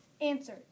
Answer